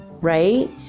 right